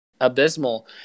abysmal